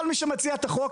כל מי שמציע את החוק,